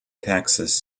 taxes